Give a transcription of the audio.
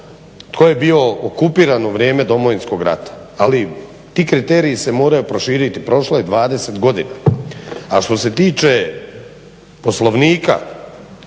tko je bio okupiran u vrijeme domovinskog rata. Ali ti kriteriji se moraju proširiti, prošlo je dvadeset godina. A što se tiče poslovnika,